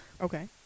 Okay